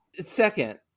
Second